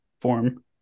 form